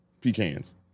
Pecans